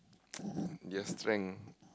their strength